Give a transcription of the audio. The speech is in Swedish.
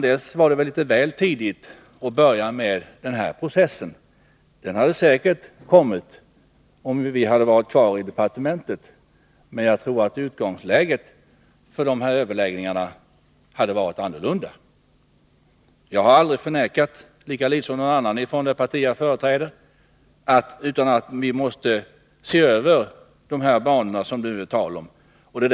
Det var litet väl tidigt att börja denna process. Men den hade säkert kommit i gång, om vi hade varit kvar i departementet. Jag tror att utgångsläget för dessa överläggningar då hade varit ett annat. Lika litet som någon annan från det parti som jag företräder har jag förnekat att vi måste se över de banor som det nu är tal om.